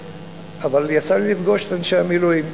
אבל יצא לי לפגוש את אנשי המילואים.